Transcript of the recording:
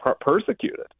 persecuted